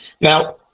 Now